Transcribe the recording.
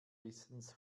wissens